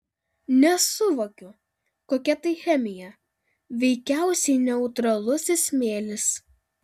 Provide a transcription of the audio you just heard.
nesuvokiu kokia tai chemija veikiausiai neutralusis smėlis